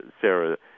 Sarah